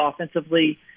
offensively